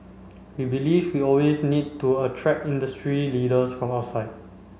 we believe we'll always need to attract industry leaders from outside